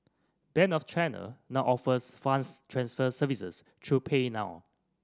Bank of China now offers funds transfer services through Pay Now